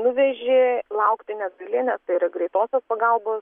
nuveži laukti negali nes tai yra greitosios pagalbos